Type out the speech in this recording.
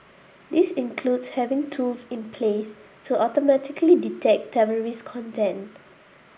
this includes having tools in place to automatically detect terrorist content